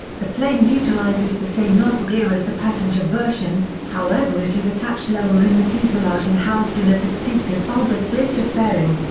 the plane utilises the same nosegear as the passenger version, however it is attached lower in the fuselage and housed in a distinctive bulbous blister fairing.